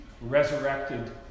resurrected